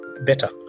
better